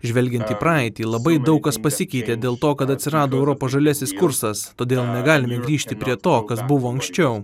žvelgiant į praeitį labai daug kas pasikeitė dėl to kad atsirado europos žaliasis kursas todėl negalime grįžti prie to kas buvo anksčiau